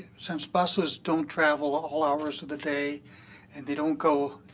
since buses don't travel all hours of the day and they don't go